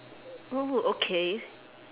oh okay